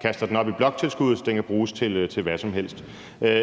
kaster den op i bloktilskuddet, så den kan bruges til hvad som helst.